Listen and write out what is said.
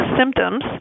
symptoms